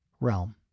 realm